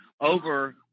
over